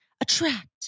attract